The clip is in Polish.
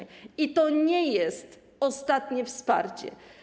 I to nie jest ostatnie wsparcie.